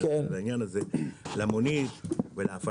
נכנסים לשוק,